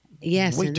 Yes